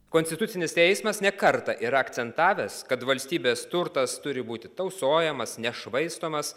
konstitucinis teismas ne kartą yra akcentavęs kad valstybės turtas turi būti tausojamas nešvaistomas